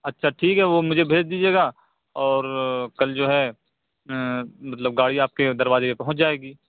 اچھا ٹھیک ہے وہ مجھے بھیج دیجیے گا اور کل جو ہے مطلب گاڑی آپ کے دروازے پہ پہنچ جائے گی